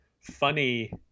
funny